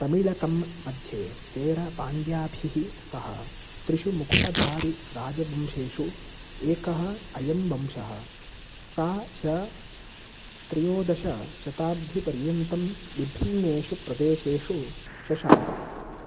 तमिलकम् मध्ये चेरपाण्ड्याभिः सह त्रिषु मुकुटधारिराजवंशेषु एकः अयं वंशः सा सः त्रयोदशशताब्दिपर्यन्तं विभिन्नेषु प्रदेशेषु शशास